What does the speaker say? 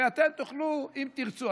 ואתם תוכלו, אם תרצו.